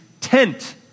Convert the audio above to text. tent